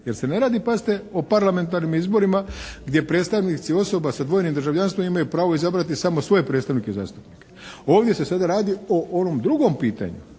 jer se ne radi pazite o parlamentarnim izborima gdje predstavnici osoba sa dvojnim državljanstvom imaju pravo izabrati samo svoje predstavnike i zastupnike. Ovdje se sada radi o onom drugom pitanju